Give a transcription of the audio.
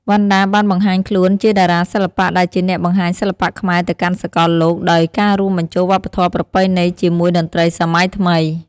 វណ្ណដាបានបង្ហាញខ្លួនជាតារាសិល្បៈដែលជាអ្នកបង្ហាញសិល្បៈខ្មែរទៅកាន់សកលលោក ដោយការរួមបញ្ចូលវប្បធម៌ប្រពៃណីជាមួយតន្ត្រីសម័យថ្មី។